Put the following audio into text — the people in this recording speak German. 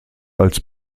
als